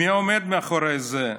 מי עומד מאחורי זה?